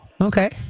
Okay